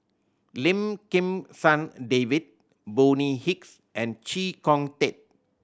Lim Kim San David Bonny Hicks and Chee Kong Tet